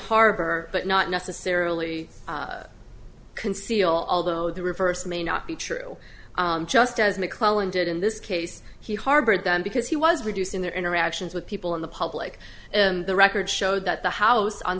harbor but not necessarily conceal although the reverse may not be true just as mcclellan did in this case he harbored them because he was reducing their interactions with people in the public and the records showed that the house on